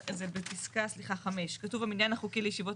זה בפסקה 5. כתוב: "המניין החוקי לישיבות